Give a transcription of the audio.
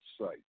Site